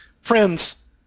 Friends